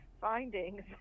findings